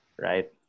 right